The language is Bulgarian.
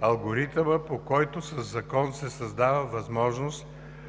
алгоритъма, по който със закон се създава възможност